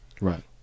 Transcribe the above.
Right